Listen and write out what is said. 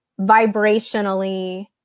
vibrationally